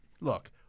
look